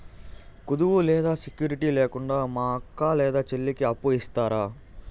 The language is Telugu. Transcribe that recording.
కుదువ లేదా సెక్యూరిటి లేకుండా మా అక్క లేదా చెల్లికి అప్పు ఇస్తారా?